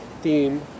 theme